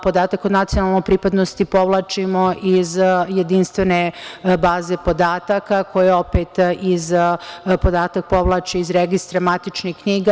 Podatak o nacionalnoj pripadnosti povlačimo iz jedinstvene baze podataka koja opet podatak povlači iz Registara matičnih knjiga.